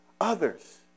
others